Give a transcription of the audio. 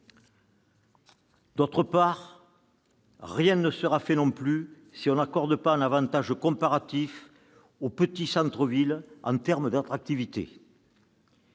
D'autre part, rien ne se fera non plus si l'on n'accorde pas un avantage comparatif aux petits centres-villes en termes d'attractivité.